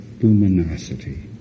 luminosity